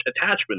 attachment